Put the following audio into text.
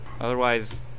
Otherwise